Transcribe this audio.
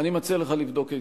אני מציע לך לבדוק היטב.